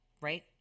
right